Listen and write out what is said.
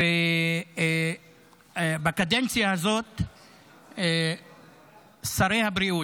בקדנציה הזאת שרי הבריאות,